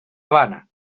habana